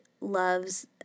loves